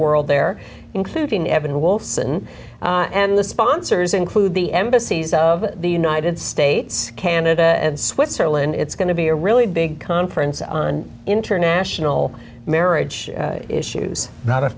world there including evan wolfson and the sponsors include the embassies of the united states canada and switzerland it's going to be a really big conference on international marriage issues not